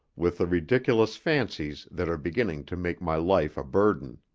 with the ridiculous fancies that are beginning to make my life a burden.